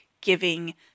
giving